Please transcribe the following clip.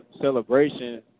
celebration